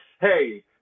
hey